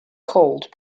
called